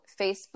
Facebook